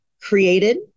created